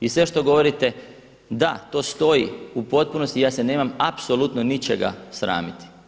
I sve što govorite, da to stoji, u potpunosti i ja se nemam apsolutno ničega sramiti.